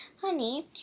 honey